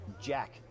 Jack